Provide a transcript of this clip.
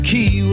Key